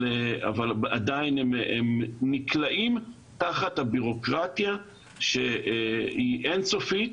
אבל הם עדיין נקרעים תחת הביורוקרטיה שהיא אין סופית.